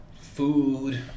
food